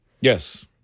Yes